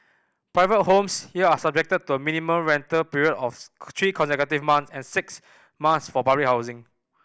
private homes here are subject to a minimum rental period of three consecutive month and six months for public housing